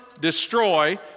destroy